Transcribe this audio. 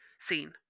Seen